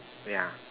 yeah